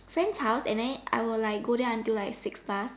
friend's house and then I would like go there until like six plus